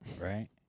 right